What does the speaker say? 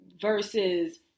versus